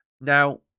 now